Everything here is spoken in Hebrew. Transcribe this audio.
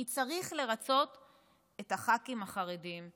כי צריך לרצות את הח"כים החרדים.